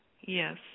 Yes